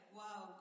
wow